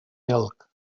milk